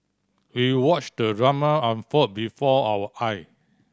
we watched the drama unfold before our eye